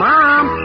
Mom